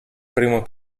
primo